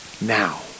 now